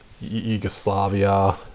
Yugoslavia